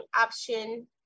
option